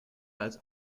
als